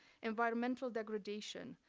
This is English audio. environmental degradation,